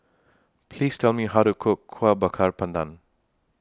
Please Tell Me How to Cook Kuih Bakar Pandan